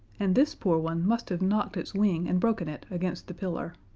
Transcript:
and this poor one must have knocked its wing and broken it against the pillar.